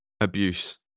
abuse